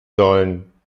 sollen